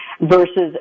versus